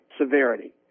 severity